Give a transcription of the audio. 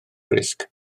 risg